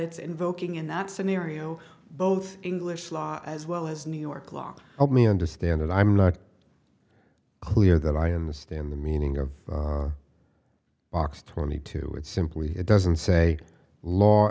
invoking in that scenario both english law as well as new york law help me understand and i'm not clear that i understand the meaning of box twenty two and simply it doesn't say law